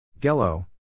Gello